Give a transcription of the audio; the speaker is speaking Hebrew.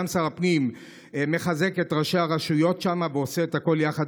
גם שר הפנים מחזק את ראשי הרשויות שם ועושה את הכול יחד,